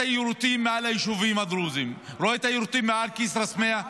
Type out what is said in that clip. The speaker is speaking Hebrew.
היירוטים מעל היישובים הדרוזיים: רואה את היירוטים מעל כסרא-סמיע,